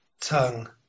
tongue